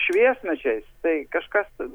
šviesmečiais tai kažkas